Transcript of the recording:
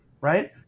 right